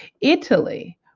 Italy